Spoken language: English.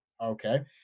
Okay